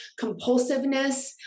compulsiveness